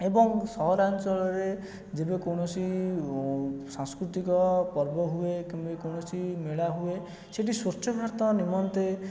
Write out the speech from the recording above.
ଏବଂ ସହରାଞ୍ଚଳରେ ଯେବେ କୌଣସି ସାଂସ୍କୃତିକ ପର୍ବ ହୁଏ କେମିତି କୌଣସି ମେଳା ହୁଏ ସେଠି ସ୍ୱଚ୍ଛ ଭାରତ ନିମନ୍ତେ